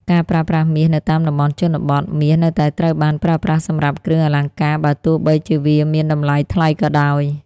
ការប្រើប្រាស់មាសនៅតាមតំបន់ជនបទ មាសនៅតែត្រូវបានប្រើប្រាស់សម្រាប់គ្រឿងអលង្ការ បើទោះបីជាវាមានតម្លៃថ្លៃក៏ដោយ។